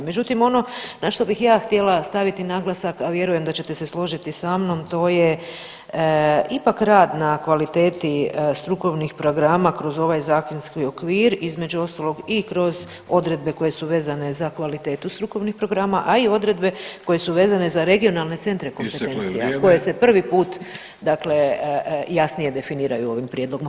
Međutim, ono na što bih ja htjela staviti naglasak, a vjerujem da ćete se složiti sa mnom, to je ipak rad na kvaliteti strukovnih programa kroz ovaj zakonski okvir, između ostalog i kroz odredbe koje su vezane za kvalitetu strukovnih programa, a i odredbe koje su vezane za regionalne centre kompetencija [[Upadica: Isteklo je vrijeme]] koje se prvi put dakle jasnije definiraju ovim prijedlogom.